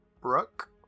Brooke